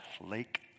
Lake